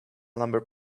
number